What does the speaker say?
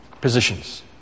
positions